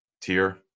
tier